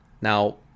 Now